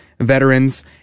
veterans